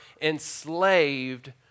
enslaved